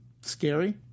scary